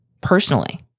personally